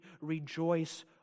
rejoice